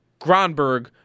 Gronberg